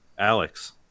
Alex